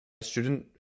student